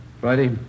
Friday